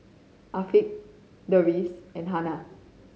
Afiq Deris and Hana